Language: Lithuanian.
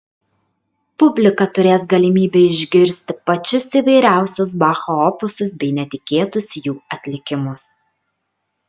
publika turės galimybę išgirsti pačius įvairiausius bacho opusus bei netikėtus jų atlikimus